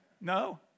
No